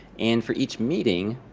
and for each meeting,